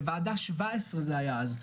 בוועדה 17 זה היה אז,